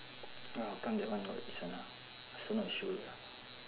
!huh! how come that one not this one ah I also not sure